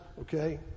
okay